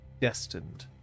destined